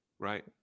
Right